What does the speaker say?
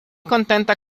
contenta